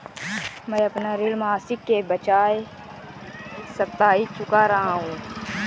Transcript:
मैं अपना ऋण मासिक के बजाय साप्ताहिक चुका रहा हूँ